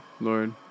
Lord